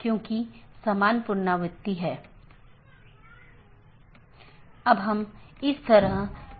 तो यह एक तरह से पिंगिंग है और एक नियमित अंतराल पर की जाती है